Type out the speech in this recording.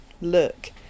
look